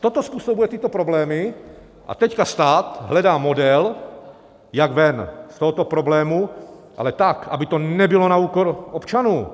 Toto způsobuje tyto problémy a teď stát hledá model, jak ven z tohoto problému, ale tak, aby to nebylo na úkor občanů,